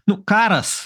nu karas